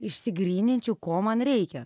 išsigryninčiau ko man reikia